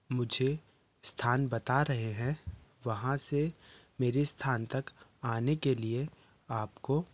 मुझे स्थान बता रहे हैं वहाँ से मेरे स्थान तक आने के लिए आपको